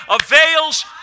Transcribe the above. avails